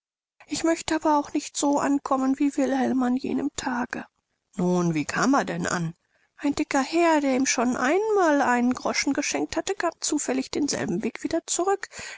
ich möchte aber auch nicht so ankommen wie wilhelm an jenem tage vater nun wie kam er denn an dorte ein dicker herr der ihm schon ein mal einen groschen geschenkt hatte kam zufällig denselben weg wieder zurück